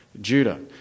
Judah